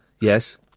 Yes